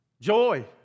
Joy